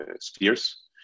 spheres